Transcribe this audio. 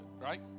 right